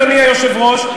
אדוני היושב-ראש,